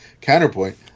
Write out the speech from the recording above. Counterpoint